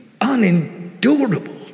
unendurable